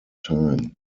time